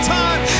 time